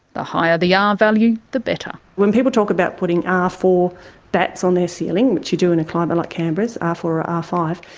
the higher the r um value the better. when people talk about putting r four batts on their ceiling, which you do in a climate like canberra's, r four or r five,